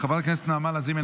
חברת הכנסת נעמה לזימי,